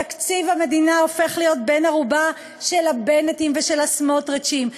תקציב המדינה הופך להיות בן-ערובה של הבנטים ושל הסמוטריצים.